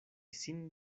sin